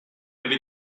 avait